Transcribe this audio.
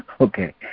Okay